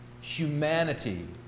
humanity